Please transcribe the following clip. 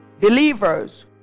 believers